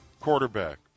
quarterback